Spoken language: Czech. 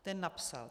Ten napsal: